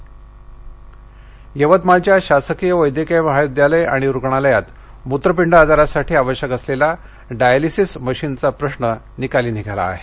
यवतमाळ यवतमाळच्या शासकीय वैद्यकीय महाविद्यालय आणि रुग्णालयात मूत्रपिंड आजारासाठी आवश्यक असलेला डायलिसीस मशीनचा प्रश्न निकाली निघाला आहे